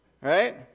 Right